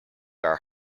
are